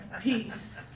peace